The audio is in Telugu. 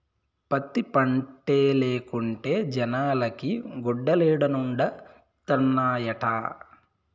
పత్తి పంటే లేకుంటే జనాలకి గుడ్డలేడనొండత్తనాయిట